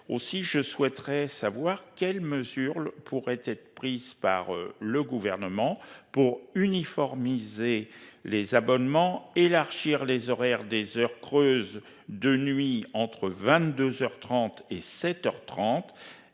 Aussi, je souhaiterais savoir quelles mesures pourraient être prises par le gouvernement pour uniformiser les abonnements élargir les horaires des heures creuses de nuit entre 22h 30 et 7h 30